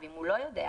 ואם הוא לא יודע,